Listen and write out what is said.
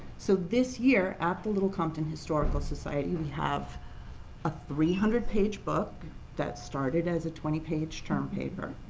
so this year at the little compton historical society we have a three hundred page book that started as a twenty page term paper.